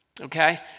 okay